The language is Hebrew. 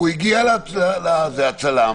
הצלם